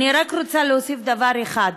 אני רק רוצה להוסיף דבר אחד.